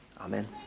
Amen